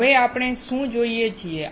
હવે આપણે શું જોઈએ છીએ